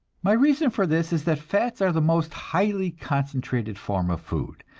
my reason for this is that fats are the most highly concentrated form of food,